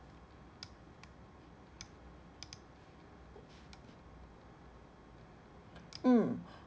mm